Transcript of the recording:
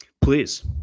Please